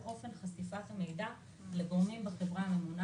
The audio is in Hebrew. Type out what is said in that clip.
על אופן חשיפת המידע לגורמים בחברה הממונה